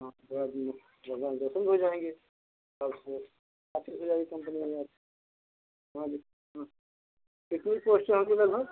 हाँ बाकी जगह में धुल जाएंगे और उससे कम्पनी में आप हाँ जस हाँ